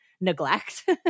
neglect